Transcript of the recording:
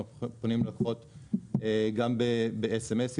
אנחנו פונים ללקוחות גם ב-SMS,